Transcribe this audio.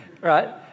Right